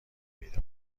پیدا